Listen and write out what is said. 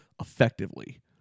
effectively